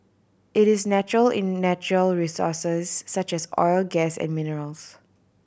it is natural in natural resources such as oil gas and minerals